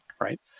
Right